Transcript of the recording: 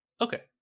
Okay